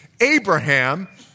Abraham